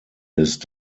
ist